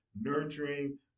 nurturing